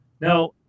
Now